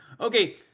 okay